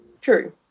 True